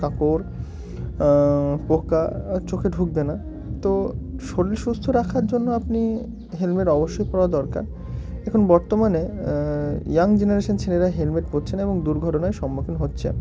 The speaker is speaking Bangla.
কাকড় পোকা চোখে ঢুকবে না তো শরীর সুস্থ রাখার জন্য আপনি হেলমেট অবশ্যই পরা দরকার এখন বর্তমানে ইয়াং জেনারেশান ছেলেরা হেলমেট পরছে না এবং দুর্ঘটনার সম্মুখীন হচ্ছে